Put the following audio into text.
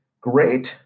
great